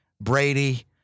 Brady